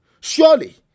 Surely